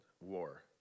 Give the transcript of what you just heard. war